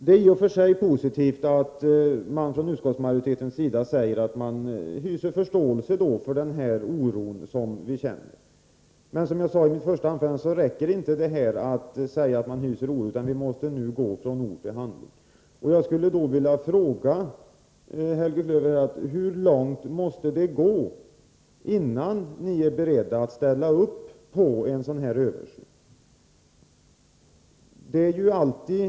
Det är i och för sig positivt att utskottsmajoriteten säger att man hyser förståelse för den oro vi känner. Men, som jag sade i mitt första anförande, detta räcker inte. Vi måste nu gå från ord till handling. Jag skulle därför vilja fråga Helge Klöver: Hur långt måste utvecklingen gå, innan ni är beredda att ställa er bakom kravet på en översyn?